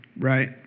right